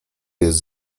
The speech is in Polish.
jest